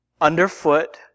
underfoot